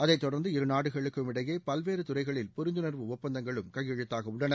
அதைத் தொடர்ந்து இருநாடுகளுக்கும் இடையே பல்வேறு துறைகளில் புரிந்துணர்வு ஒப்பந்தங்களும் கையெழுத்தாகவுள்ளன